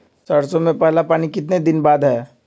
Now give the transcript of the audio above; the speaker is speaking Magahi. सरसों में पहला पानी कितने दिन बाद है?